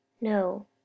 no